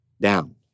down